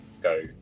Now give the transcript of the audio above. go